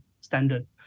standard